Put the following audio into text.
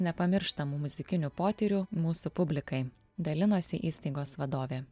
nepamirštamų muzikinių potyrių mūsų publikai dalinosi įstaigos vadovė